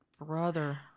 brother